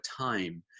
time